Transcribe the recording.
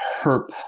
herp